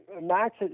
Max